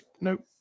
Nope